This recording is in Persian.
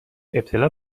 ابتلا